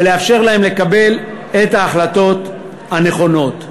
ולאפשר להם לקבל את ההחלטות הנכונות.